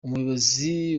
umuyobozi